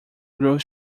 groove